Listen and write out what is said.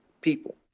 people